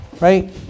Right